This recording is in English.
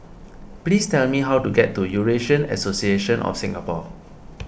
please tell me how to get to Eurasian Association of Singapore